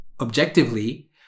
objectively